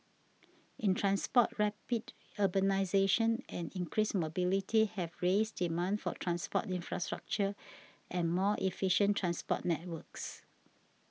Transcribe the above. in transport rapid urbanisation and increased mobility have raised demand for transport infrastructure and more efficient transport networks